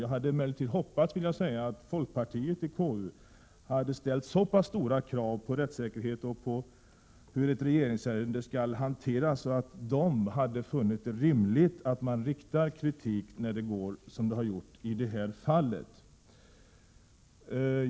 Jag hade emellertid hoppats att folkpartisterna i KU ställt så stora krav på rättssäkerhet och på hur ett regeringsärende skall hanteras att de hade funnit det rimligt att framföra kritik när det går som det har gjort i detta fall.